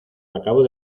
acabo